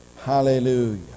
Hallelujah